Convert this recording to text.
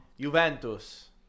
Juventus